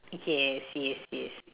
yes yes yes